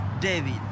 David